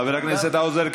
חבר הכנסת האוזר,